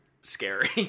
scary